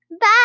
Bye